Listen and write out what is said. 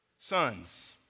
sons